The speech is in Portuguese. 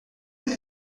ele